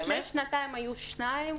לפני שנתיים היו שתיים,